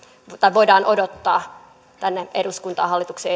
voidaan odottaa tänne eduskuntaan hallituksen